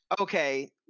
okay